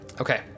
Okay